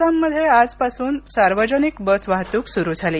आसाममध्ये आजपासून सार्वजनिक बस वाहतूक सुरू झाली